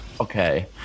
okay